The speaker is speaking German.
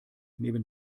neben